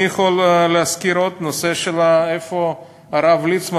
אני יכול להזכיר עוד נושא, איפה הרב ליצמן?